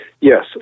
Yes